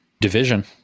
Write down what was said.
Division